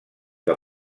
que